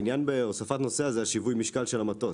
העניין בהוספת נוסע זה השווי משקל של המטוס.